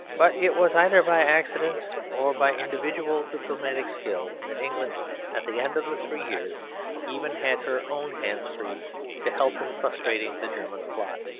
but it was either by accident or by individual diplomatic skill that england at the end of the three years even had her own hands free to help in frustrating the german plot.